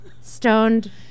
stoned